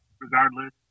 regardless